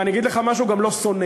ואני אגיד לך משהו, גם לא שונא.